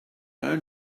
own